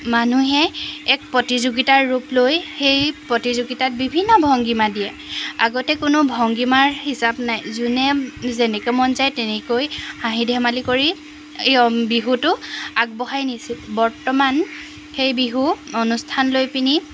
মানুহে এক প্ৰতিযোগিতাৰ ৰূপ লৈ সেই প্ৰতিযোগিতাত বিভিন্ন ভংগীমা দিয়ে আগতে কোনো ভংগীমাৰ হিচাপ নাই যোনে যেনেকৈ মন যায় তেনেকৈ হাঁহি ধেমালি কৰি ইয় বিহুটো আগবঢ়াই নিছিল বৰ্তমান সেই বিহু অনুষ্ঠান লৈ পিনি